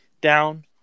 down